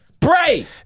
Bray